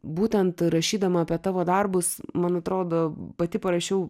būtent rašydama apie tavo darbus man atrodo pati parašiau